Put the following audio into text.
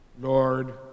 Lord